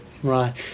Right